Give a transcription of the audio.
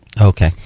Okay